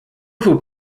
who